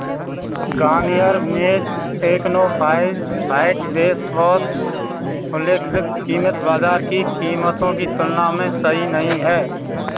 Garnier मेज एकनो फ़ाइज़ फाइट वेसवॉश उल्लिखनित कीमत बाज़ार की कीमतों की तुलना में सही नहीं है